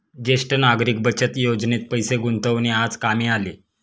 ज्येष्ठ नागरिक बचत योजनेत पैसे गुंतवणे आज कामी आले